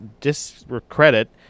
discredit